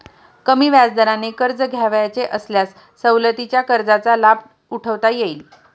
कमी व्याजदराने कर्ज घ्यावयाचे असल्यास सवलतीच्या कर्जाचा लाभ उठवता येईल